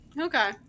Okay